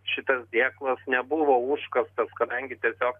šitas dėklas nebuvo užkastas kadangi tiesiog